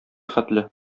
хәтле